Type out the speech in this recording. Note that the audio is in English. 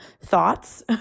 thoughts